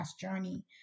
journey